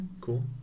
cool